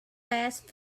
fast